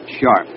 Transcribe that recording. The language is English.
sharp